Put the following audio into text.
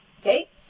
Okay